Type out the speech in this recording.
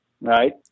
right